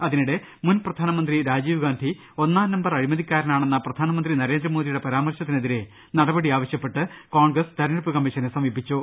അതിനിടെ മുൻ പ്രധാനമന്ത്രി രാജീവ് ഗാന്ധി ഒന്നാം നമ്പർ അഴി മതിക്കാരനാണെന്ന പ്രധാനമന്ത്രി നരേന്ദ്രമോദിയുടെ പരാമർശനത്തി നെതിരെ നടപടി ആവശ്യപ്പെട്ട് കോൺഗ്രസ് തെരഞ്ഞെടുപ്പ് കമ്മീ ഷനെ സമീപിച്ചു